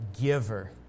giver